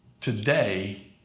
Today